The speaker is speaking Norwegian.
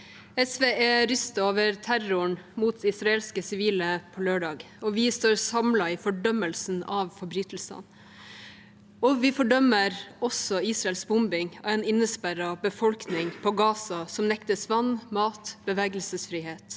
SV er rystet over terroren mot israelske sivile på lørdag, og vi står samlet i fordømmelsen av forbrytelsene. Vi fordømmer også Israels bombing av en innesperret befolkning i Gaza, som nektes vann, mat og bevegelsesfrihet.